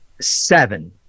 Seven